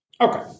Okay